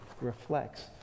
reflects